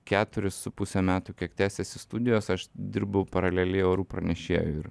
keturis su puse metų kiek tęsėsi studijos aš dirbu paraleliai orų pranešėju ir